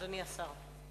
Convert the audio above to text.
אדוני השר.